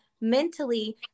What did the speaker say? mentally